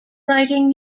writing